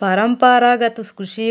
Paramparagat Krishi